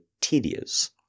tedious